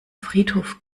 friedhof